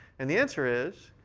and the answer is,